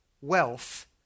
wealth